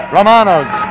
Romano's